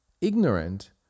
ignorant